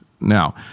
Now